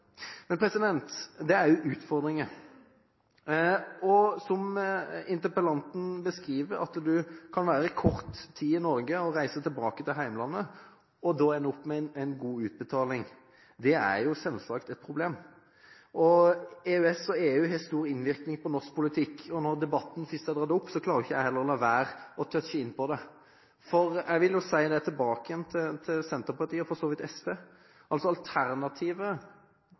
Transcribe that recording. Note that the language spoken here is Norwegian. Det er også utfordringer. Som interpellanten beskriver, kan du være kort tid i Norge, reise tilbake til hjemlandet og ende opp med en god utbetaling – det er selvsagt et problem. EØS og EU har stor innvirkning på norsk politikk. Og når debatten først er dratt opp, klarer heller ikke jeg å la være å touche inn på den. Jeg vil si til Senterpartiet – og for så vidt SV – om alternativet